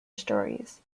stories